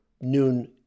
noon